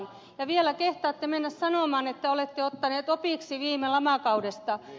ja vielä kehtaatte mennä sanomaan että olette ottaneet opiksi viime lamakaudesta